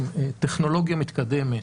טכנולוגיה מתקדמת.